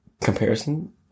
Comparison